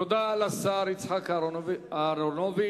תודה לשר יצחק אהרונוביץ.